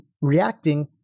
reacting